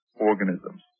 organisms